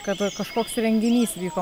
kad kažkoks renginys vyko